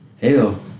Hell